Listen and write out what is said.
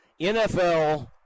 NFL